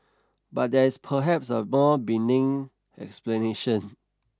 but there is perhaps a more benign explanation